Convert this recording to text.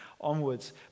onwards